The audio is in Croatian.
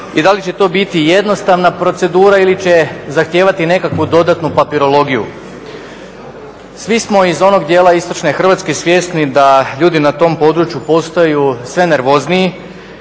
i da li će to biti jednostavna procedura ili će zahtijevati nekakvu dodatnu papirologiju. Svi smo iz onog dijela istočne Hrvatske svjesni da ljudi na tom području postaju sve nervozniji